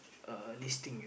a listing ya